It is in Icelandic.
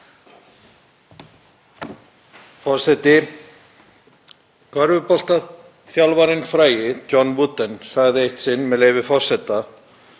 Forseti. Körfuboltaþjálfarinn frægi, John Wooden, sagði eitt sinn, með leyfi forseta,